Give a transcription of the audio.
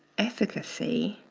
efficacy